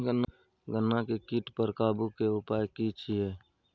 गन्ना के कीट पर काबू के उपाय की छिये?